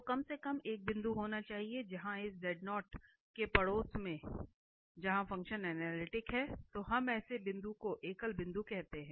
तो कम से कम एक बिंदु होना चाहिए जहां इस के पड़ोस में जहां फंक्शन अनलिटिक है तो हम ऐसे बिंदु को एकल बिंदु कहते हैं